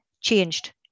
changed